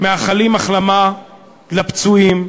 ומאחלים החלמה לפצועים.